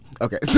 Okay